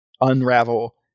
unravel